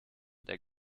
der